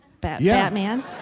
Batman